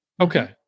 Okay